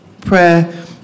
prayer